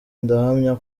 ndahamya